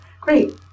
great